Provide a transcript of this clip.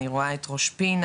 אני רואה את ראש פינה,